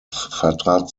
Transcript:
vertrat